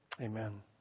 amen